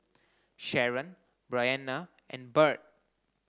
Sharon Brianna and Byrd